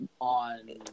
on